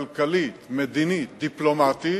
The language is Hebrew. כלכלית, מדינית, דיפלומטית,